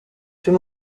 plus